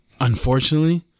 unfortunately